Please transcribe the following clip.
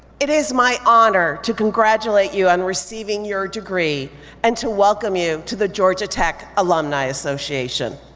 it is my honor to congratulate you on receiving your degree and to welcome you to the georgia tech alumni association.